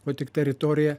o tik teritorija